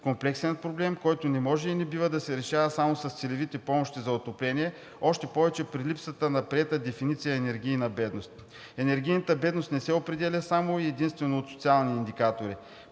комплексен проблем, който не може и не бива да се решава само с целевите помощи за отопление, още повече при липсата на приета дефиниция „енергийна бедност“. Енергийната бедност не се определя само и единствено от социални индикатори.